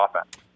offense